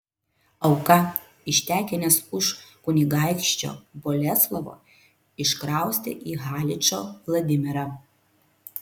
auką ištekinęs už kunigaikščio boleslovo iškraustė į haličo vladimirą